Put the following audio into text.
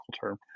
term